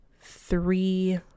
three